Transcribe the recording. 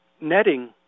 netting